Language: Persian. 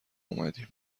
اومدیم